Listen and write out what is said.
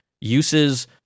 uses